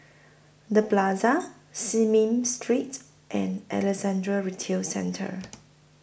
The Plaza Smith Street and Alexandra Retail Centre